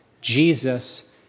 Jesus